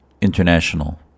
international